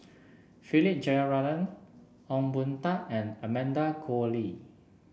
Philip Jeyaretnam Ong Boon Tat and Amanda Koe Lee